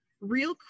real